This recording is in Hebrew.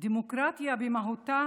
דמוקרטיה במהותה